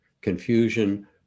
confusion